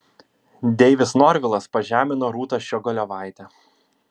deivis norvilas pažemino rūtą ščiogolevaitę